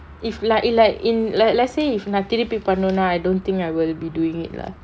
is like in like in like let's say if நான் திருப்பி பண்ணொன்னா:naan thiruppi pannonaa I don't think I will be doing it lah